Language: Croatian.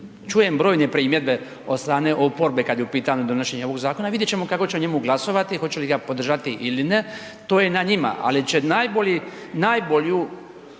čujem brojne primjedbe od strane oporbe kad je u pitanju donošenje ovog zakona, vidjet ćemo kako će o njemu glasovati hoće li ga podržati ili ne, to je na njima, ali će najbolju